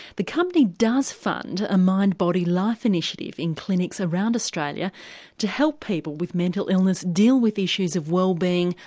the company does fund a mind body life initiative in clinics around australia to help people with mental illness deal with issues of wellbeing,